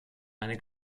eine